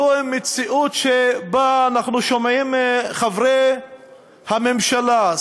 זו מציאות שבה אנחנו שומעים חברי הממשלה,